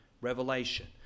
revelation